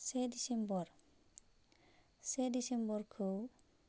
से डिसेम्बर से डिसेम्बरखौ